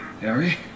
Harry